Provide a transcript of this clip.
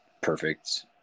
perfect